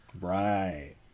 Right